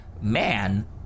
man